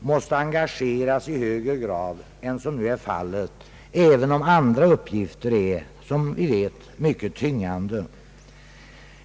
måste engageras i högre grad än som nu är fallet, även om andra uppgifter är mycket tyngande.